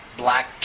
black